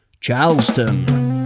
Charleston